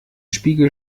spiegel